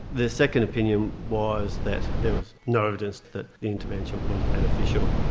the second opinion was that there was no evidence that the intervention was beneficial.